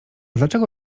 dlaczego